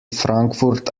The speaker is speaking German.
frankfurt